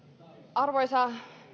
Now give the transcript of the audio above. arvoisa